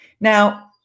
Now